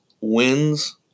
wins